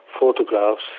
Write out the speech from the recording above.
photographs